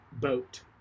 boat